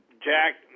Jack